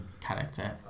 character